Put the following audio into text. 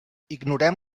ignorem